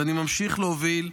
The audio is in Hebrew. ואני ממשיך להוביל,